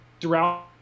throughout